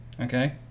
Okay